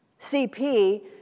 CP